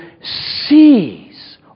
sees